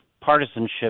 partisanship